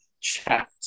chat